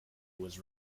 was